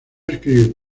escribir